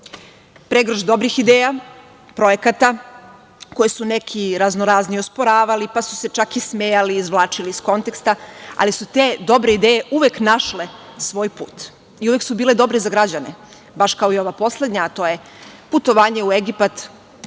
pregršt dobrih ideja, projekata, koje su neki raznorazni osporavali, pa su se čak i smejali i izvlačili iz konteksta, ali su te dobre ideje uvek našle svoj put i uvek su bile dobre za građane, baš kao i ova poslednja, a to je putovanje u Egipat